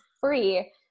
free